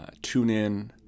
TuneIn